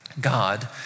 God